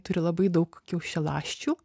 turi labai daug kiaušialąsčių